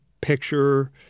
picture